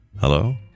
Hello